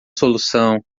solução